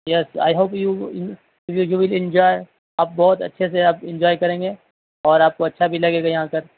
yes I hope you will enjoy آپ بہت اچھے سے آپ انجوائے کریں گے اور آپ کو اچھا بھی لگے گا یہاں آ کر